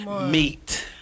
meet